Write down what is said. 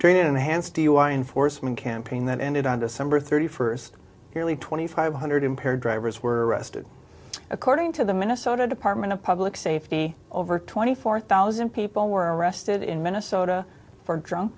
an enhanced dui enforcement campaign that ended on december thirty first purely twenty five hundred impaired drivers were arrested according to the minnesota department of public safety over twenty four thousand people were arrested in minnesota for drunk